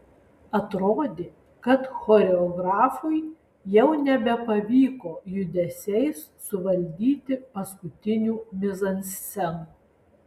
atrodė kad choreografui jau nebepavyko judesiais suvaldyti paskutinių mizanscenų